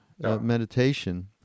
meditation